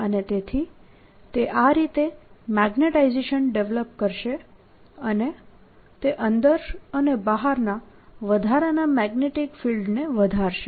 અને તેથી તે આ રીતે મેગ્નેટાઇઝેશન ડેવેલપ કરશે અને તે અંદર અને બહારના વધારાના મેગ્નેટીક ફિલ્ડને વધારશે